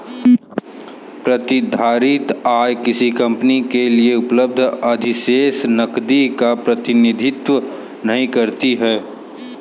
प्रतिधारित आय किसी कंपनी के लिए उपलब्ध अधिशेष नकदी का प्रतिनिधित्व नहीं करती है